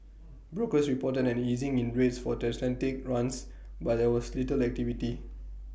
brokers reported an easing in rates for transatlantic runs but there was little activity